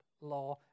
law